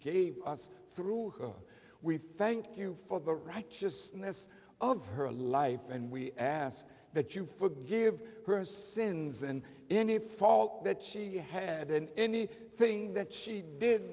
gave us through her we thank you for the righteousness of her life and we ask that you forgive her sins and any fault that she hadn't any thing that she did